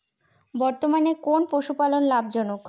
বর্তমানে কোন পশুপালন লাভজনক?